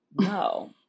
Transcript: no